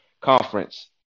conference